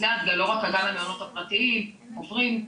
לא רק המעונות פרטיים, עוברים.